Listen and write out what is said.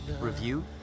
review